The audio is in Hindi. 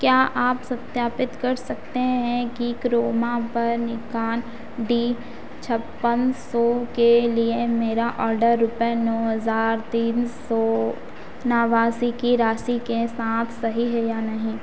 क्या आप सत्यापित कर सकते हैं कि क्रोमा पर निकॉन डी छप्पन सौ के लिए मेरा ऑर्डर रुपये नौ हज़ार तीन सौ नवासी की राशि के साथ सही है या नहीं